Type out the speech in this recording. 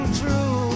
true